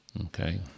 Okay